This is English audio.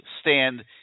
stand